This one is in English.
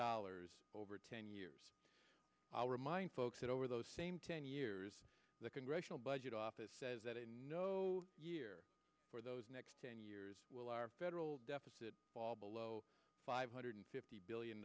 dollars over ten years i'll remind folks that over those same ten years the congressional budget office says that a no year for those next ten years will our federal deficit fall below five hundred fifty billion